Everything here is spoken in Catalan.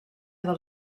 del